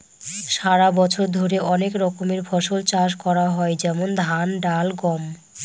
সারা বছর ধরে অনেক রকমের ফসল চাষ করা হয় যেমন ধান, ডাল, গম